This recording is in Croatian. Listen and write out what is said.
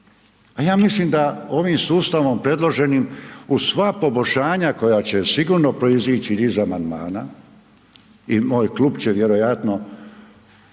a ja mislim da ovim sustavom predloženim uz sva poboljšanja koja će sigurno proizići iz amandmana i moj klub će vjerojatno